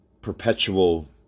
perpetual